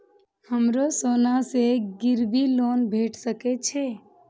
हमरो सोना से गिरबी लोन भेट सके छे?